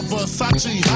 Versace